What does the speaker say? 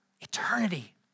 Eternity